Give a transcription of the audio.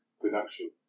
production